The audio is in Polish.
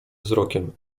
wzrokiem